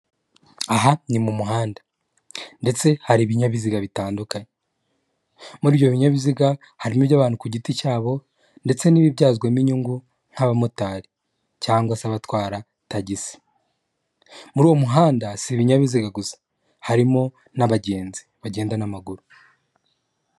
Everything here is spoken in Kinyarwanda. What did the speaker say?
Aha ni mu muhanda, ndetse hari ibinyabiziga bitandukanye, muri ibyo binyabiziga harimo iby'abantu ku giti cyabo, ndetse n'ibibyazwamo , inyungu nk'abamotari cyangwa se batwara tagisi muri uwo muhanda, si ibinyabiziga gusa harimo n'abagenzi bagenda n'amaguru.